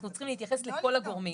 אנחנו צריכים להתייחס לכל הגורמים.